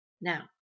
Now